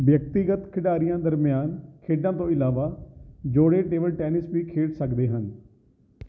ਵਿਅਕਤੀਗਤ ਖਿਡਾਰੀਆਂ ਦਰਮਿਆਨ ਖੇਡਾਂ ਤੋਂ ਇਲਾਵਾ ਜੋੜੇ ਟੇਬਲ ਟੈਨਿਸ ਵੀ ਖੇਡ ਸਕਦੇ ਹਨ